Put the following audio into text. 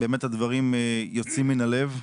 באמת הדברים יוצאים מן הלב.